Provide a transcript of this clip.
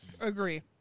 Agree